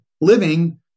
living